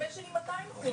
הבן שלי 200 אחוז,